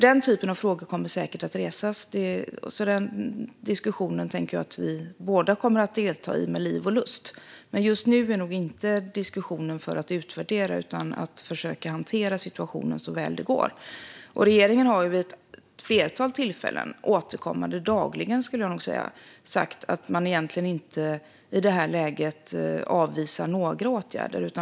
Den typen av frågor kommer säkert att resas, så den diskussionen tror jag att vi båda kommer att delta i med liv och lust. Men just nu är nog inte tiden för att utvärdera utan att försöka hantera situationen så väl det går. Regeringen har vid ett flertal tillfällen, dagligen skulle jag nog säga, sagt att man i det här läget egentligen inte avvisar några åtgärder.